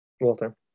Walter